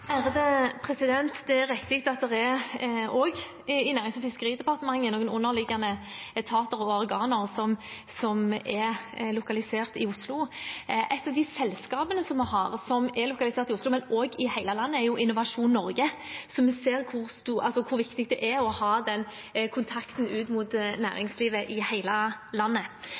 Det er riktig at det også i Nærings- og fiskeridepartementet er noen underliggende etater og organer som er lokalisert i Oslo. Et av de selskapene vi har som er lokalisert i Oslo, men også i hele landet, er Innovasjon Norge. Så vi ser hvor viktig det er å ha den kontakten ut mot næringslivet i hele landet.